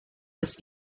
des